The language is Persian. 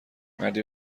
مردی